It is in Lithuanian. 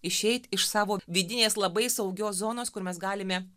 išeit iš savo vidinės labai saugios zonos kur mes galime